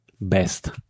best